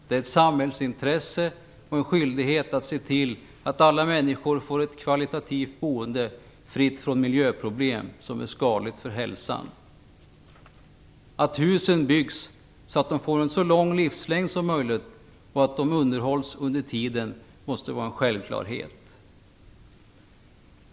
Det är ett samhällsintresse och en skyldighet att se till att alla människor får ett kvalitativt boende fritt från miljöproblem som är skadligt för hälsan. Att husen byggs så att de får en så lång livslängd som möjligt och att de underhålls under tiden måste vara en självklarhet.